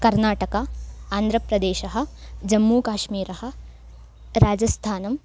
कर्णाटकः आन्द्रप्रदेशः जम्मूकाश्मीरः राजस्थानम्